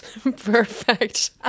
Perfect